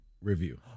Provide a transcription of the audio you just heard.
review